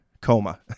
coma